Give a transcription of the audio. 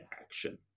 action